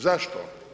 Zašto?